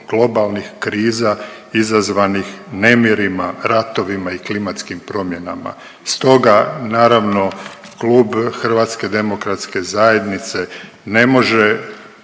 globalnih kriza izazvanih nemirima, ratovima i klimatskim promjenama. Stoga, naravno, Klub HDZ-a ne može